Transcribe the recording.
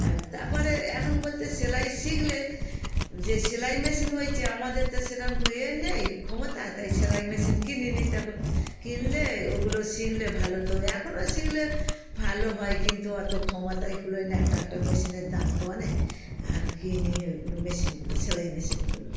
আর তারপরে এখন বলতে সেলাই শিখলে যে সেলাই মেশিন হয়েছে আমাদের তো সেরম ইয়ে নেই ক্ষমতা তাই সেলাই মেশিন কিনিনি তখন কিনলে ওগুলো শিখলে ভালো হতো এখনও শিখলে ভালো হয় কিন্তু অতো ক্ষমতায় কুলোয় না একটা একটা মেশিনের দাম তো অনেক আর কিনিনি ওইগুলো মেশিনগুলো সেলাই মেশিনগুলো